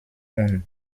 und